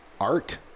Art